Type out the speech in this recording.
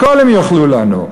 הכול הם יאכלו לנו.